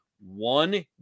one